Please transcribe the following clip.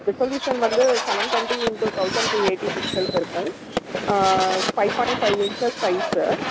resolution வந்து seven twenty into thousand two eighty pixels இருக்கும் five point five inches size